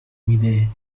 میده